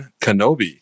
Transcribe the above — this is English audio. Kenobi